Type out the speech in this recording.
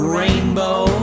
rainbow